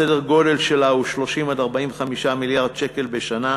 סדר גודל שלה הוא 30 45 מיליארד שקל בשנה,